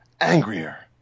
angrier